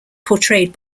portrayed